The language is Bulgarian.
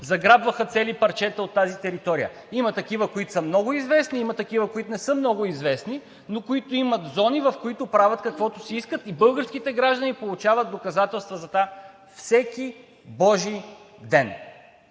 заграбваха цели парчета от тази територия. Има такива, които са много известни, а има такива, които не са много известни, но които имат зони, в които правят каквото си искат и българските граждани получават доказателства за това всеки божи ден.